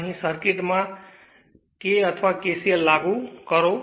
અહીં સર્કિટમાં કરો k અથવા KVL લાગુ કરો